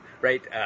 right